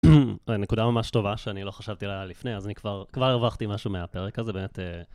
נקודה ממש טובה שאני לא חשבתי עליה לפני, אז אני כבר, כבר הרווחתי משהו מהפרק הזה, באמת.